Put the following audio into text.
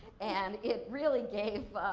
and, it really gave